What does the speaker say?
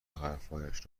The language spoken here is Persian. حرفهایش